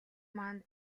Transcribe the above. маань